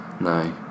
No